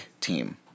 team